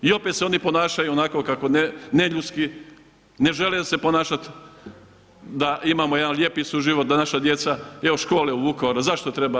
I opet se oni ponašaju onako kako neljudski, ne žele se ponašat da imamo jedan lijepi suživot, da naša djeca, evo škole u Vukovaru, zašto treba?